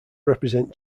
represent